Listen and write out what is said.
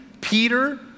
Peter